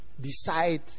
Decide